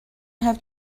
have